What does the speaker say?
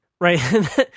right